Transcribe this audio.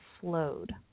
slowed